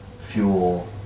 fuel